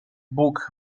bóg